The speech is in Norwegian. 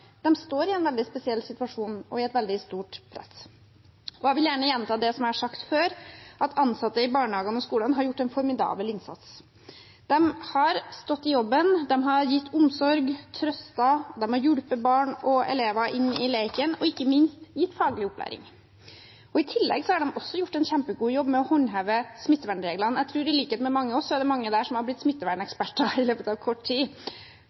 står i en veldig spesiell situasjon og i et veldig stort press. Og jeg vil gjerne gjenta det som jeg har sagt før, at ansatte i barnehagene og skolene har gjort en formidabel innsats. De har stått i jobben, de har gitt omsorg, trøstet, hjulpet barn og elever inn i leken og ikke minst gitt faglig opplæring. I tillegg har de gjort en kjempejobb med å håndheve smittevernreglene. Jeg tror det er mange der som – i likhet med mange av oss – har blitt smitteverneksperter i løpet av kort tid.